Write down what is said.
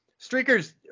streakers